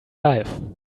life